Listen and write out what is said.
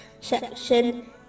section